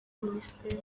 minisiteri